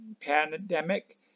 pandemic